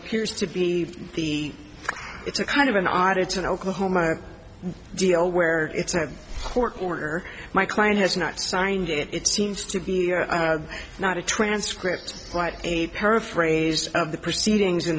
appears to be the it's a kind of an art it's an oklahoma deal where it's a court order my client has not signed it it seems to be not a transcript but a paraphrase of the proceedings in